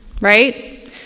right